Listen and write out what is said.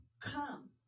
come